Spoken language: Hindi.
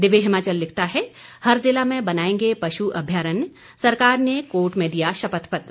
दिव्य हिमाचल लिखता है हर जिला में बनाएंगे पशु अभ्यारण्य सरकार ने कोर्ट में दिया शपथपत्र